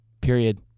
Period